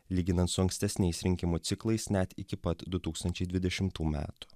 lyginant su ankstesniais rinkimų ciklais net iki pat du tūkstančiai dvidešimtų metų